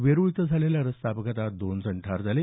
वेरूळ इथं झालेल्या रस्ता अपघातात दोन जण ठार झाले